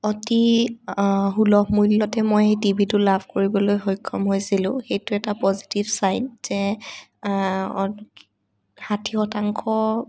অতি সুলভ মূল্য়তে মই টিভিটো লাভ কৰিবলৈ সক্ষম হৈছিলোঁ সেইটো এটা পজিটিভ চাইন যে অড ষাঠি শতাংশ